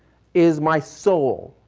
is my soul